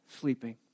sleeping